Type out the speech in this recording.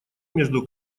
между